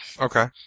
Okay